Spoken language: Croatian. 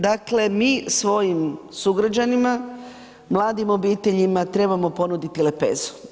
Dakle, mi svojim sugrađanima, mladim obiteljima trebamo ponuditi lepezu.